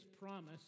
promise